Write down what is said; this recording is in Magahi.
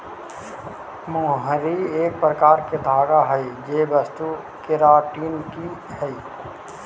मोहरी एक प्रकार के धागा हई जे वस्तु केराटिन ही हई